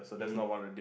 mmhmm